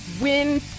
win